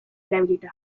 erabilita